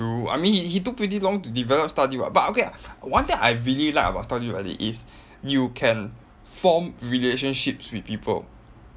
true I mean he he took pretty long to develop stardew [what] but okay one thing I really like about stardew valley is you can form relationships with people